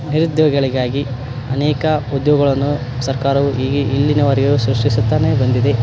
ನಿರುದ್ಯೋಗಿಗಳಿಗಾಗಿ ಅನೇಕ ಉದ್ಯೋಗಗಳನ್ನು ಸರ್ಕಾರವು ಈ ಈ ಇಲ್ಲಿನವರೆಗೂ ಸೃಷ್ಟಿಸುತ್ತಲೇ ಬಂದಿದೆ